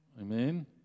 Amen